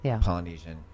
Polynesian